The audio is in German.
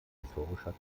historischer